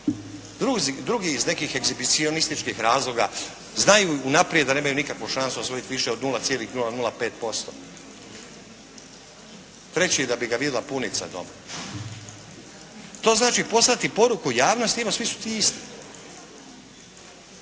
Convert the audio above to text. Drugi iz nekih egzibicionističkih razloga. Znaju unaprijed da nemaju nikakvu šansu osvojiti više od 0,005%. Treći da bi ga vidjela punica doma. To znači poslati poruku javnosti: Evo svi su ti isti.